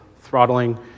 throttling